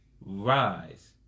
rise